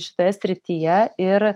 šitoje srityje ir